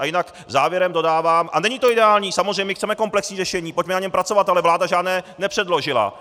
A jinak závěrem dodávám a není to ideální, samozřejmě, my chceme komplexní řešení, pojďme na něm pracovat, ale vláda žádné nepředložila.